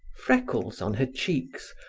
freckles on her cheeks,